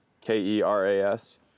K-E-R-A-S